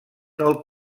del